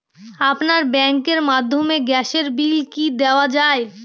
আপনার ব্যাংকের মাধ্যমে গ্যাসের বিল কি দেওয়া য়ায়?